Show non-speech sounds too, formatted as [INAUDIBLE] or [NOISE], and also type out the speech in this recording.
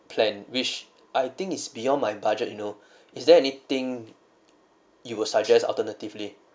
plan which I think is beyond my budget you know [BREATH] is there anything you will suggest alternatively